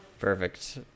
Perfect